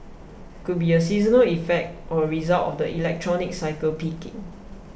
could be a seasonal effect or a result of the electronics cycle peaking